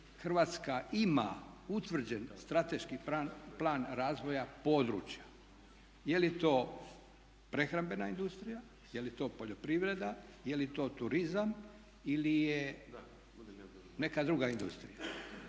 HRvatska ima utvrđen strateški plan razvoja područja. Je li to prehrambena industrija, je li to poljoprivreda, je li to turizam ili je neka druga industrija?